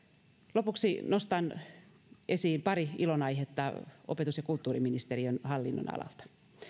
lopuksi nostan esiin pari ilonaihetta opetus ja kulttuuriministeriön hallinnonalalta